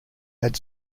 had